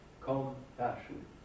compassion